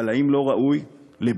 אבל האם זה לא ראוי לבדיקה,